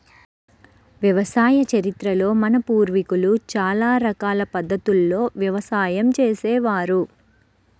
వ్యవసాయ చరిత్రలో మన పూర్వీకులు చాలా రకాల పద్ధతుల్లో వ్యవసాయం చేసే వారు